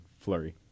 Flurry